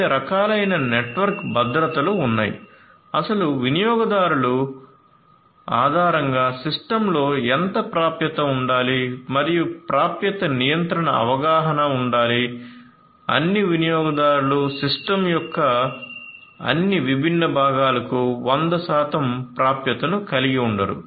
వివిధ రకాలైన నెట్వర్క్ భద్రతలు ఉన్నాయి అసలు వినియోగదారులు ఆధారంగా సిస్టమ్లో ఎంత ప్రాప్యత ఉండాలి మరియు ప్రాప్యత నియంత్రణ అవగాహనా ఉండాలి అన్ని వినియోగదారులు సిస్టమ్ యొక్క అన్ని విభిన్న భాగాలకు 100 శాతం ప్రాప్యతను కలిగి ఉండరు